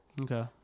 okay